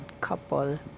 couple